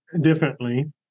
differently